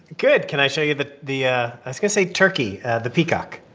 good. can i show you the the ah i was going to say turkey the peacock?